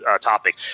topic